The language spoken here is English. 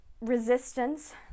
resistance